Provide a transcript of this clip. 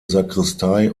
sakristei